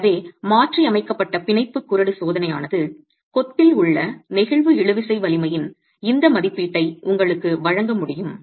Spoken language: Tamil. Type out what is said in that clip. எனவே மாற்றியமைக்கப்பட்ட பிணைப்பு குறடு திருகு சோதனையானது கொத்தில் உள்ள நெகிழ்வு இழுவிசை வலிமையின் இந்த மதிப்பீட்டை உங்களுக்கு வழங்க முடியும்